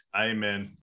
amen